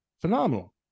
phenomenal